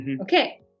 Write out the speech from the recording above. Okay